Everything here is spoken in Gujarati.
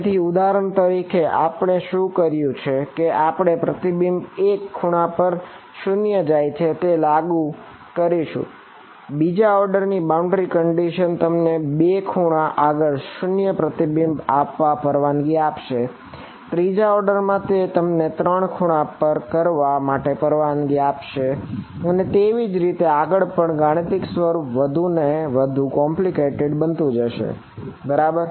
તેથી ઉદાહરણ તરીકે આપણે શું કરશું કે આપણે પ્રતિબિંબ 1 ખૂણા ઉપર 0 જાય છે તે લાગુ કરશું બીજા ઓર્ડરની બાઉન્ડ્રી કંડીશન બનતું જશે બરાબર